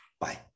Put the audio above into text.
Bye